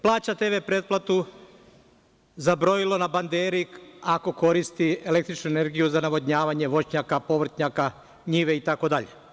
Plaća TV pretplatu za brojilo na banderi ako koristi električnu energiju za navodnjavanje voćnjaka, povrtnjaka, njive itd.